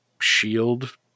shield